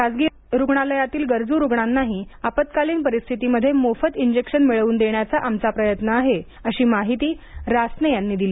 खासगी रुग्णालयातील गरजू रुग्णांनांही आपत्कालीन परिस्थितीमध्ये मोफत इंजेक्शन मिळवून देण्याचा आमचा प्रयत्न आहे अशी माहिती रासने यांनी दिली